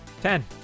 Ten